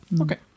Okay